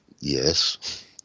Yes